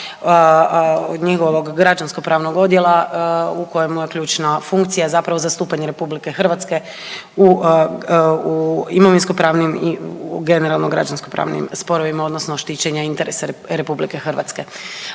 njegovog građansko pravnog odjela u kojemu je ključna funkcija zapravo zastupanje RH u, u imovinsko pravnim i generalno u građansko pravnim sporovima odnosno štićenje interesa RH.